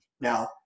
Now